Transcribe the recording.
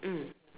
mm